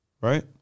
Right